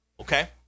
okay